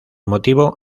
motivo